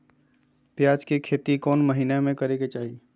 प्याज के खेती कौन महीना में करेके चाही?